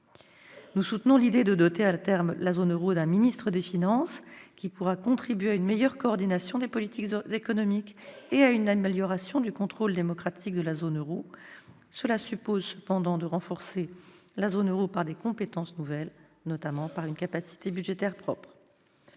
Nous soutenons l'idée de doter, à terme, la zone euro d'un ministre des finances, qui pourra contribuer à une meilleure coordination des politiques économiques et à une amélioration du contrôle démocratique de la zone euro. Toutefois, une telle réforme suppose de renforcer la zone euro par des compétences nouvelles, notamment par une capacité budgétaire propre.